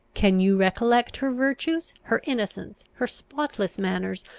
can you recollect her virtues, her innocence, her spotless manners,